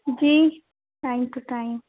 G time to time